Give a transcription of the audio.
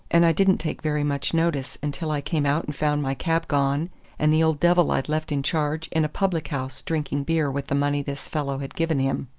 and i didn't take very much notice until i came out and found my cab gone and the old devil i'd left in charge in a public-house drinking beer with the money this fellow had given him.